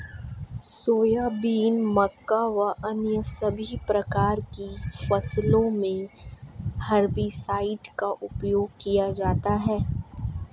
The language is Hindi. सोयाबीन, मक्का व अन्य सभी प्रकार की फसलों मे हेर्बिसाइड का उपयोग किया जाता हैं